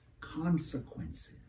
Consequences